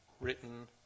written